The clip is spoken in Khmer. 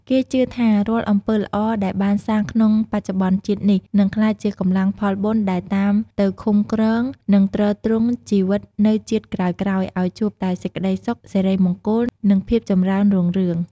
គេជឿថារាល់អំពើល្អដែលបានសាងក្នុងបច្ចុប្បន្នជាតិនេះ នឹងក្លាយជាកម្លាំងផលបុណ្យដែលតាមទៅឃំគ្រង និងទ្រទ្រង់ជីវិតនៅជាតិក្រោយៗ ឲ្យជួបតែសេចក្តីសុខ សិរីមង្គល និងភាពចម្រើនរុងរឿង។